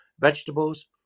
vegetables